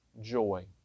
joy